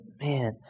man